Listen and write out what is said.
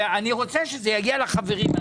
ואני רוצה שזה יגיע לחברים.